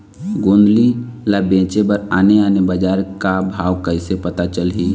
गोंदली ला बेचे बर आने आने बजार का भाव कइसे पता चलही?